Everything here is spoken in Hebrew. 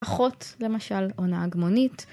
אחות, למשל עונה הגמונית.